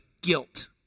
guilt